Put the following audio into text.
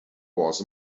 was